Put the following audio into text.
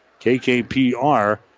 KKPR